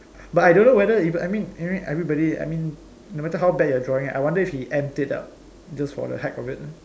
but I don't know whether if I mean I mean everybody I mean no matter how bad your drawing I wonder if he amped it up just for the heck of it